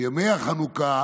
ימי החנוכה